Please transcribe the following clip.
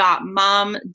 mom